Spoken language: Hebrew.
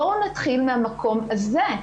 בואו נתחיל מהמקום הזה.